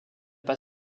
pas